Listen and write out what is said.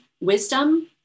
wisdom